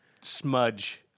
smudge